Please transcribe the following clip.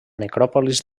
necròpolis